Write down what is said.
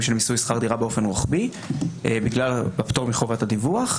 של מיסוי שכר דירה באופן רוחבי בגלל הפטור מחובת הדיווח.